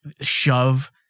shove